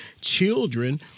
children